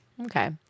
okay